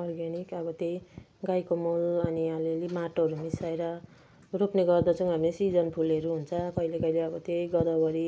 organic अब त्यही गाईको मल अनि अलि अलि माटोहरू मिसाएर रोप्ने गर्दछौँ हामीले सिजन फुलहरू हुन्छ कहिले कहिले अब त्यही गोदावरी